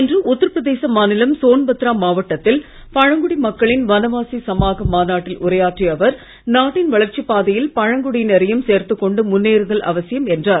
இன்று உத்தரபிரதேச மாநிலம் சோன்பத்ரா மாவட்டத்தில் பழங்குடி மக்களின் வனவாசி சமாகம் மாநாட்டில் உரையாற்றிய அவர் நாட்டின் வளர்ச்சிப் பாதையில் பழங்குடியினரையும் சேர்த்துக் கொண்டு முன்னேறுதல் அவசியம் என்றார்